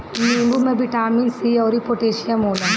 नींबू में vitamin C अउरी पोटैशियम होला